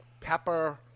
pepper